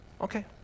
Okay